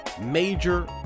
major